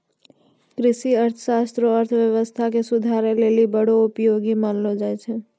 कृषि अर्थशास्त्र रो अर्थव्यवस्था के सुधारै लेली बड़ो उपयोगी मानलो जाय छै